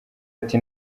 ati